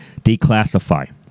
declassify